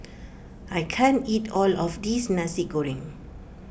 I can't eat all of this Nasi Goreng